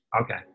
Okay